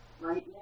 right